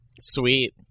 Sweet